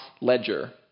ledger